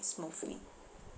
smoothly